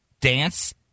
dance